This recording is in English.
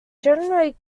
generally